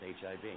HIV